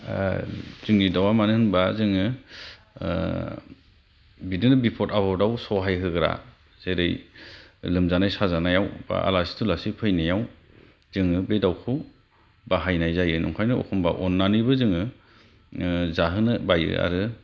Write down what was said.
जोंनि दाउआ मानो होनबा जोङो बिदिनो बिफद आफदआव सहाय होग्रा जेरै लोमजानाय साजानायाव बा आलासि दुलासि फैनायाव जोङो बे दाउखौ बाहायनाय जायो नंखायनो एखनबा अननानैबो जोङो जाहोनो बायो आरो